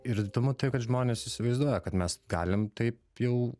ir įdomu tai kad žmonės įsivaizduoja kad mes galim taip jau